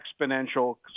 exponential